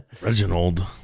Reginald